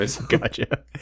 Gotcha